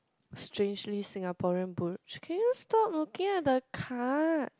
Strangely Singaporean brooch can you stop looking at the card